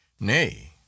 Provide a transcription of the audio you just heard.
nay